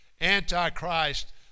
Antichrist